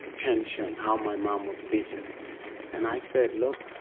tension, how my mum was beaten and i said, look,